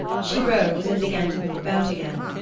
she rose and began to move about again.